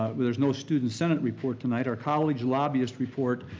ah but there's no student senate report tonight. our college lobbyist report,